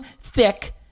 thick